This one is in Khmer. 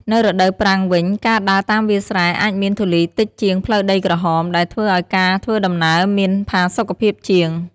នៅរដូវប្រាំងវិញ ការដើរតាមវាលស្រែអាចមានធូលីតិចជាងផ្លូវដីក្រហម ដែលធ្វើឲ្យការធ្វើដំណើរមានផាសុកភាពជាង។